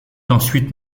ensuite